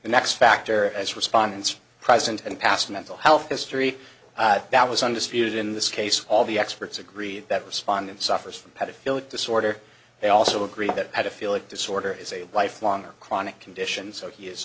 the next factor as respondents present and past mental health history that was undisputed in this case all the experts agree that respondent suffers from pedophilia disorder they also agree that had a feeling disorder is a lifelong or chronic condition so he is